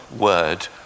word